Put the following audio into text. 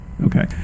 okay